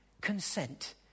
consent